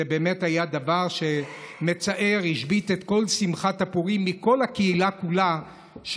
זה באמת היה דבר מצער והשבית את כל שמחת פורים בכל הקהילה שלנו.